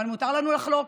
אבל מותר לנו לחלוק.